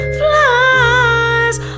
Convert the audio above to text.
flies